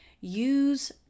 Use